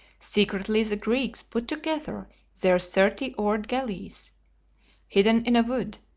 secretly the greeks put together their thirty-oared galleys hidden in a wood,